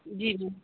जी जी